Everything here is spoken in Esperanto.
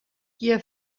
kia